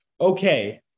Okay